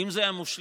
האם זה היה מושלם?